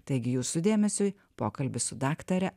taigi jūsų dėmesiui pokalbis su daktare